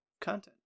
content